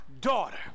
daughter